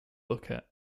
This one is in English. booker